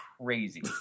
crazy